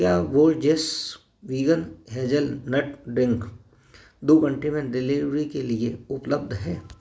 क्या Borges vegan hazelnut drink दो घंटे में डिलीवरी के लिए उपलब्ध है